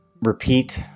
repeat